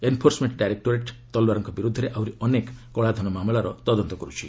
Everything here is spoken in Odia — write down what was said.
ଏନ୍ଫୋର୍ସମେଣ୍ଟ ଡାଇରେକ୍ଟୋର ତଲୱାରଙ୍କ ବିରୁଦ୍ଧରେ ଆହୁରି ଅନେକ କଳାଧନ ମାମଲାର ତଦନ୍ତ କରୁଛି